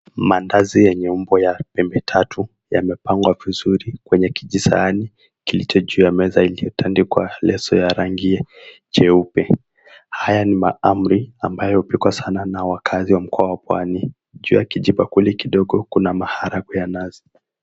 Maandazi yenye umbo ya pembe tatu yamepangwa vizuri kwenye kijisahani kilicho ju ya meza iliyotandikwa leso ya rangi nyeupe, haya ni mahamri ambayo hupikwa sana na wakaazi wa mkoa wa pwani. Juu ya kibakuli kidogo kuna maharagwe ya nazi.